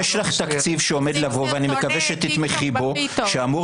יש תקציב שעומד לבוא ואני מקווה שתתמכי בו שאמור